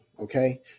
okay